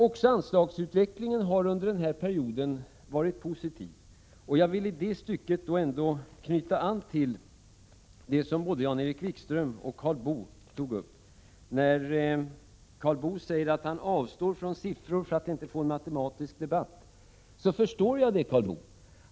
Också anslagsutvecklingen har under denna period varit positiv. Jag vill i det stycket knyta an till både det som Jan-Erik Wikström och det som Karl Boo tog upp. När Karl Boo säger att han avstår från siffror för att inte få en matematisk debatt, förstår jag honom.